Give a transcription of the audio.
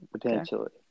potentially